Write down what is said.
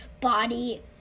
body